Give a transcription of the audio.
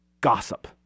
Gossip